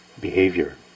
Behavior